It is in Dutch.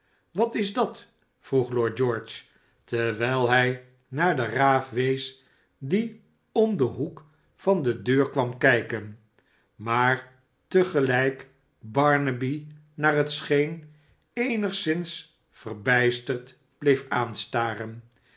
wat is dat vroeg lord george terwijl hij naar de raaf wees die om den hoek van de deur kwam kijken maar te gelijk barnaby naar het scheen eenigszins verbijsterd bleef